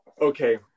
okay